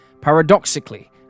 Paradoxically